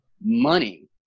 money